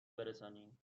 برسانیم